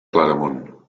claramunt